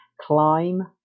climb